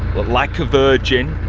like a virgin,